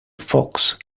fox